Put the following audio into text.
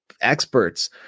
experts